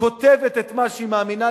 כותבת את מה שהיא מאמינה,